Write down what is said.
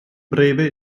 breve